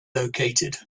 located